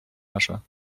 russia